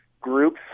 groups